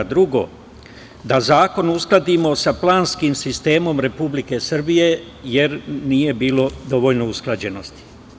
Drugo, da zakon uskladimo sa planskim sistemom Republike Srbije, jer nije bilo dovoljno usklađenosti.